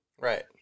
Right